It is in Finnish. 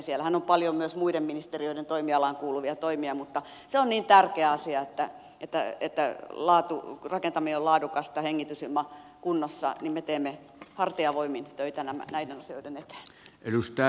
siellähän on paljon myös muiden ministeriöiden toimialaan kuuluvia toimia mutta se on niin tärkeä asia että rakentaminen on laadukasta ja hengitysilma kunnossa että me teemme hartiavoimin töitä näiden asioiden eteen